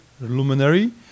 luminary